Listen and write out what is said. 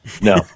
No